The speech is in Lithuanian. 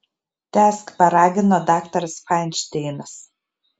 tęsk paragino daktaras fainšteinas